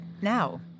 now